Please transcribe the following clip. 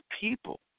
people